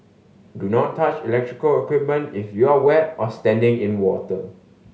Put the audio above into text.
do not touch electrical equipment if you are wet or standing in water